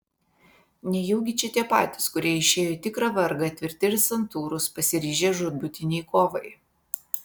nejaugi čia tie patys kurie išėjo į tikrą vargą tvirti ir santūrūs pasiryžę žūtbūtinei kovai